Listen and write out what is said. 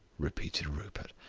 repeated rupert,